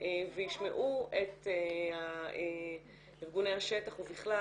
וישמעו את ארגוני השטח ובכלל